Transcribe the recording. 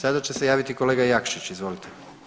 Sada će se javiti kolega Jakšić, izvolite.